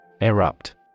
Erupt